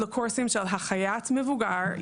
בקורסים של החייאת מבוגר,